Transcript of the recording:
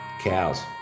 Cows